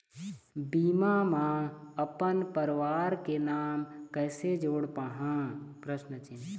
बीमा म अपन परवार के नाम कैसे जोड़ पाहां?